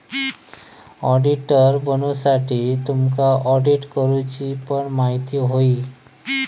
auditor बनुच्यासाठी तुमका audit करूची पण म्हायती होई